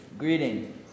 Greeting